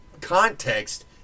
context